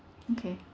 okay